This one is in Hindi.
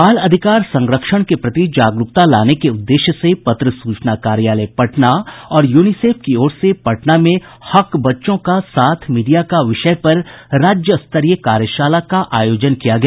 बाल अधिकार संरक्षण के प्रति जागरूकता लाने के उद्देश्य से पत्र सूचना कार्यालय पटना और यूनिसेफ की ओर से पटना में हक बच्चों का साथ मीडिया का विषय पर राज्यस्तरीय कार्यशाला का आयोजन किया गया